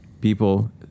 People